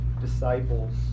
disciples